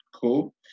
cool